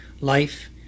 life